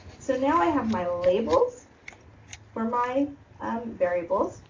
so, now i have my labels for my um variables.